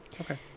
Okay